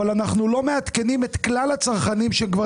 אבל אנחנו לא מעדכנים את כלל הצרכנים שכבר